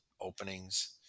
openings